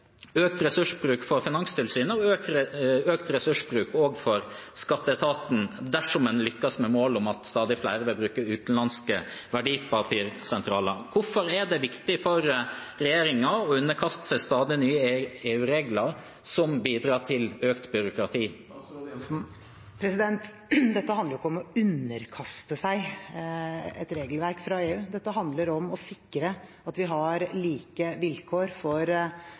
økt ressursbruk for Finanstilsynet og økt ressursbruk også for skatteetaten, dersom en lykkes med målet om at stadig flere skal bruke utenlandske verdipapirsentraler. Hvorfor er det viktig for regjeringen å underkaste seg stadig nye EU-regler som bidrar til økt byråkrati? Dette handler ikke om å underkaste seg et regelverk fra EU. Dette handler om å sikre at vi har like vilkår for